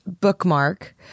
bookmark